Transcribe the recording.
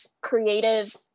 creative